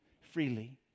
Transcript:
freely